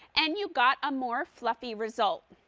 and you got a more fluffy result.